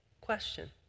question